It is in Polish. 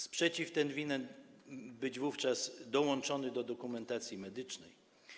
Sprzeciw ten winien być wówczas dołączony do dokumentacji medycznej.